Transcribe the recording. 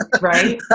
Right